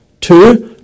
Two